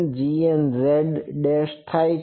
cngnz થાય છે